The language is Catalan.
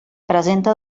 presenta